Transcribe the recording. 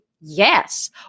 Yes